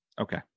Okay